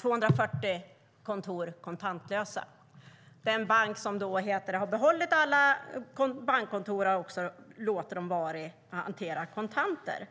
240 kontor kontantlösa. En annan bank har behållit alla sina bankkontor och låter dem också hantera kontanter.